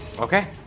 Okay